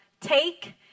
take